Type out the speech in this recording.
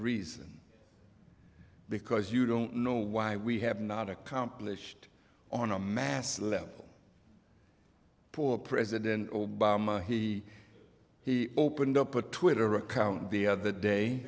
reason because you don't know why we have not accomplished on a mass level poor president obama he he opened up a twitter account the other day